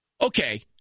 Okay